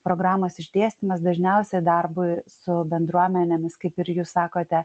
programos išdėstymas dažniausia darbui su bendruomenėmis kaip ir jūs sakote